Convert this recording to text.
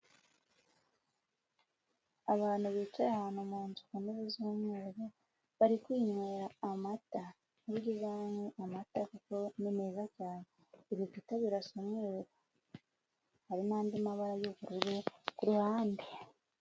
Abantu bicaye ahantu mu nzu ku ntebe z'umweru bari kwinywera amata, burya uzanywea amata kuko ni meza cyane, ibikuta birasa umweru hari n'andi mabara y'ubururu ku ruhande.